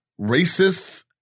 Racists